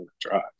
drive